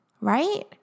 right